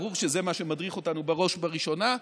ברור שזה מה שמדריך אותנו בראש ובראשונה,